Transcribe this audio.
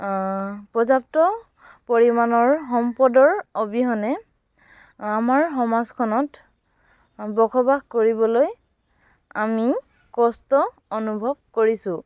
পৰ্যাপ্ত পৰিমাণৰ সম্পদৰ অবিহনে আমাৰ সমাজখনত বসবাস কৰিবলৈ আমি কষ্ট অনুভৱ কৰিছোঁ